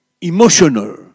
emotional